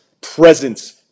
presence